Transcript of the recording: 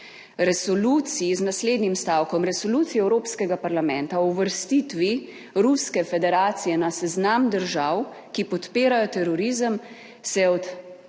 Resoluciji, z naslednjim stavkom: Resoluciji Evropskega parlamenta o uvrstitvi Ruske federacije na seznam držav, ki podpirajo terorizem, se je